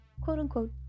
Quote-unquote